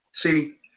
See